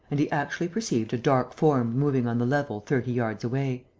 and he actually perceived a dark form moving on the level thirty yards away